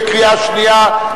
בקריאה שנייה.